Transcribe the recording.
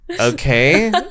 Okay